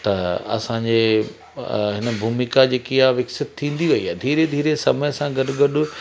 त असांजे हिन भूमिका जेकी आहे विकसित थींदी वई आहे धीरे धीरे समय सां गॾु गॾु